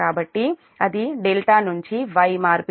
కాబట్టి అది ∆ Y మార్పిడి